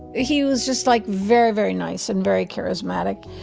he was just, like, very, very nice and very charismatic.